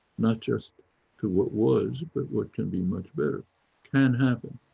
not just to what was, but what can be much better can happen.